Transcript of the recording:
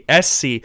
SC